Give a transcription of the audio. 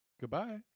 Goodbye